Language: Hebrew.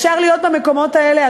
אפשר להיות במקומות האלה,